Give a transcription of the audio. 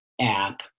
app